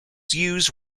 use